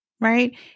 Right